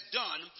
done